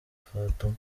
fatuma